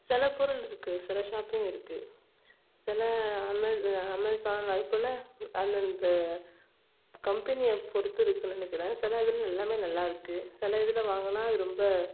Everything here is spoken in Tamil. சில பொருள் இருக்குது சில ஷாப்பிங் இருக்குது சில அமே அமேஸான் அதுப்போல் அந்தந்த கம்பெனியை பொறுத்து இருக்குதுன்னு நினைக்கிறேன் சில இதில் எல்லாமே நல்லா இருக்குது சில இதில் வாங்கினா அது ரொம்ப